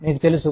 మీకు తెలుసు